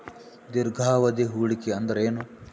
ದೀರ್ಘಾವಧಿ ಹೂಡಿಕೆ ಅಂದ್ರ ಏನು?